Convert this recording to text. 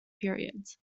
periods